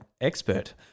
expert